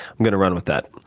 i'm going to run with that.